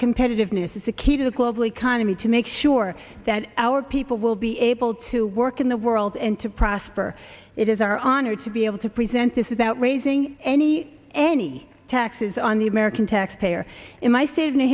competitiveness is the key to the global economy to make sure that our people will be able to work in the world and to prosper it is our honor to be able to present this is that raising any any taxes on the american taxpayer in my save new